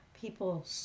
people